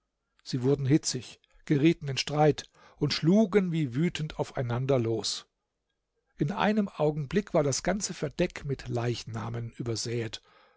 sie wurden hitzig gerieten in streit und schlugen wie wütend aufeinander los in einem augenblick war das ganze verdeck mit leichnamen übersäet